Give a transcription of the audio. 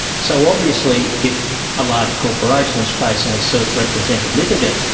so obviously if a large corporation is facing a self-represented litigant,